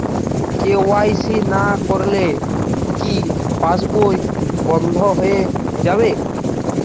KYC না করলে কি পাশবই বন্ধ হয়ে যাবে?